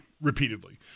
repeatedly